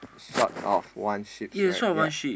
short of one sheep's right ya